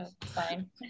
fine